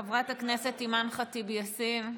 חברת הכנסת אימאן ח'טיב יאסין,